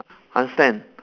understand